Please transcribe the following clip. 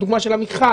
הדוגמה של עמיחי,